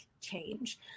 change